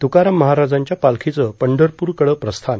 तुकाराम महाराजांच्या पालखीचं पंढरपूरकडं प्रस्थान